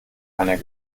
einer